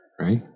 right